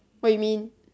what you mean